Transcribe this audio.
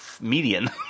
median